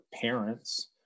parents